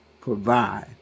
provide